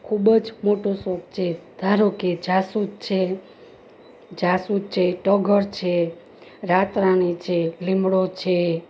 ખૂબ જ મોટો શોખ છે ધારોકે જાસૂદ છે જાસૂદ છે ટગર છે રાતરાણી છે લીમડો છે